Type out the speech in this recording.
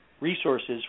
resources